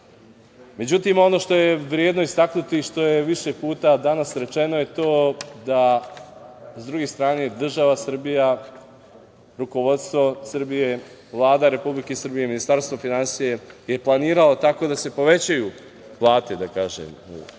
tome.Međutim, ono što je vredno istaknuti i što je više puta danas rečeno je to da, s druge strane, država Srbija, rukovodstvo Srbije, Vlada Republike Srbije i Ministarstvo finansija je planiralo tako da se povećaju plate, da kažem, u